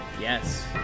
Yes